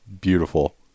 beautiful